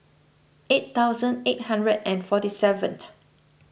eight thousand eight hundred and forty seventh